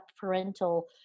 parental